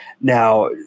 now